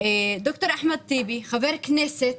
דוקטור אחמד טיבי, חבר כנסת,